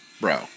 Bro